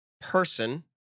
person